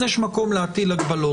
יש מקום להטיל הגבלות.